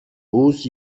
بوس